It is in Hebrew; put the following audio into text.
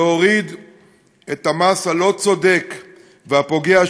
להוריד את המס הלא-צודק והפוגע,